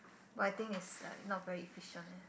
but I think it's like not very efficient eh